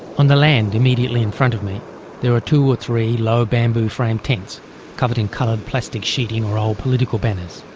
on the land immediately in front of me there are two or three low bamboo framed tents covered in coloured plastic sheeting or old political banners.